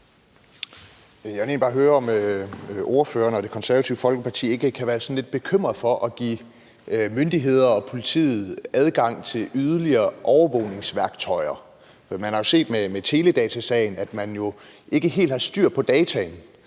Jeg vil egentlig bare høre, om ordføreren og Det Konservative Folkeparti ikke kan være sådan lidt bekymrede for at give myndighederne og politiet adgang til yderligere overvågningsværktøjer. Vi har jo set med teledatasagen, at man ikke helt har haft styr på dataene,